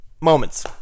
Moments